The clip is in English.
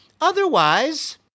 Otherwise